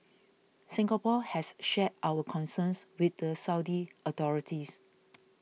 Singapore has shared our concerns with the Saudi authorities